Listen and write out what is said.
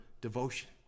devotion